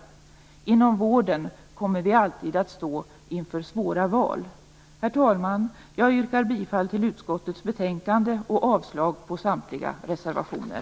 Inom vården kommer vi alltid att stå inför svåra val. Herr talman! Jag yrkar bifall till utskottets hemställan och avslag på samtliga reservationer.